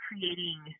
creating